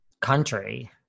country